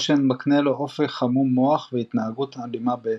מה שמקנה לו אופי חמום מוח והתנהגות אלימה בהתאם.